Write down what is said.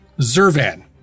Zervan